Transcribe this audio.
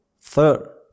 Third